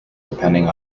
depending